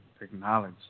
acknowledge